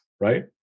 right